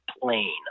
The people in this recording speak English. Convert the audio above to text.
plane